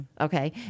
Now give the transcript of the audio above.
okay